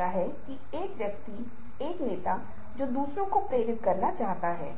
यहाँ पर यह व्यक्ति जिसे आप मुश्किल से देख सकते हैं एक काले चर्च में